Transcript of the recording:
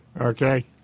Okay